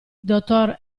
dottor